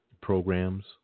Programs